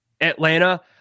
Atlanta